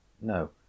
no